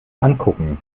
ankucken